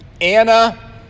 Anna